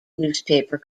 newspaper